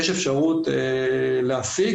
יש אפשרות להסיג.